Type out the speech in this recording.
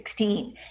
2016